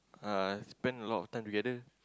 uh spend a lot of time together